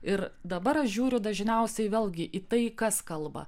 ir dabar aš žiūriu dažniausiai vėlgi į tai kas kalba